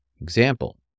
Example